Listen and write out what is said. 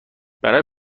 برای